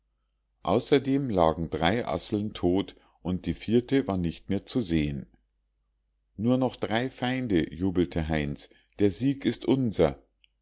außerdem lagen drei asseln tot und die vierte war nicht mehr zu sehen nur noch drei feinde jubelte heinz der sieg ist unser